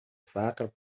فقر